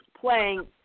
playing